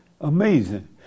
Amazing